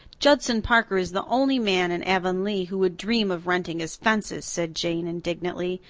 judson parker is the only man in avonlea who would dream of renting his fences, said jane indignantly.